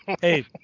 hey